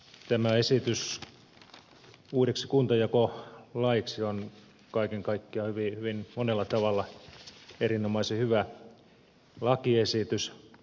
tämä esitys uudeksi kuntajakolaiksi on kaiken kaikkiaan hyvin monella tavalla erinomaisen hyvä lakiesitys